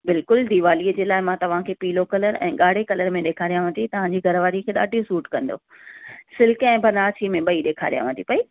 बिल्कुलु दिवालीअ जे लाइ मां तव्हांखे पीलो कलर ऐं गाढ़े कलर में ॾेखारियांव थी तव्हांजी घरु वारीअ खे ॾाढी सूट कंदव सिल्क ऐं बनारसी में ॿई ॾेखारियांव थी पेई